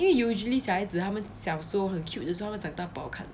因为 usually 小孩子他们小时候很 cute 的时候他们长大了不好看的